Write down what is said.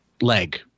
leg